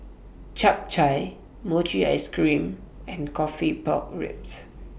Chap Chai Mochi Ice Cream and Coffee Pork Ribs